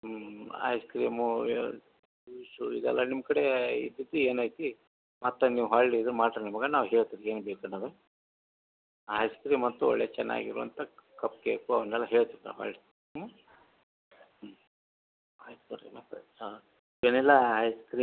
ಹ್ಞೂ ice cream ವ್ಯ ಸು ಇದೆಲ್ಲ ನಿಮ್ಮ ಕಡೆ ಇ ಸಿ ಪಿ ಏನೈತಿ ಮತ್ತು ನೀವು ಹಳ್ ಇದು ಮಾಡಿರಿ ನಿಮಗೆ ನಾವು ಹೇಳ್ತೀವಿ ಏನು ಬೇಕಾದವ ಐಸ್ ಕ್ರೀಮ್ ಅಂತು ಒಳ್ಳೆ ಚೆನ್ನಾಗಿರುವಂಥ ಕಪ್ ಕೇಕು ಅವನ್ನೆಲ್ಲ ಹೇಳ್ತೀನಿ ತಗೊಳ್ಳಿ ಹ್ಞೂ ಆಯ್ತು ಬರ್ರಿ ಮತ್ತು ಹಾಂ ವೆನಿಲ್ಲಾ ಐಸ್ ಕ್ರೀಮ್